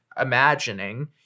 imagining